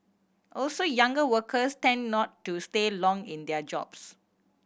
also younger workers tend not to stay long in their jobs